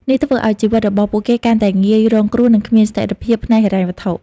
នេះធ្វើឱ្យជីវិតរបស់ពួកគេកាន់តែងាយរងគ្រោះ និងគ្មានស្ថិរភាពផ្នែកហិរញ្ញវត្ថុ។